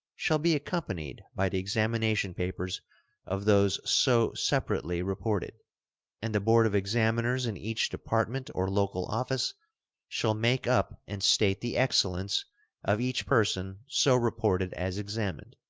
shall be accompanied by the examination papers of those so separately reported and the board of examiners in each department or local office shall make up and state the excellence of each person so reported as examined,